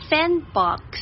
Sandbox